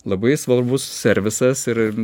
labai svarbus servisas ir